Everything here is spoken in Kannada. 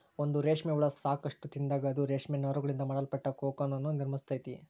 ಒಂದು ರೇಷ್ಮೆ ಹುಳ ಸಾಕಷ್ಟು ತಿಂದಾಗ, ಅದು ರೇಷ್ಮೆ ನಾರುಗಳಿಂದ ಮಾಡಲ್ಪಟ್ಟ ಕೋಕೂನ್ ಅನ್ನು ನಿರ್ಮಿಸ್ತೈತೆ